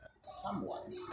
somewhat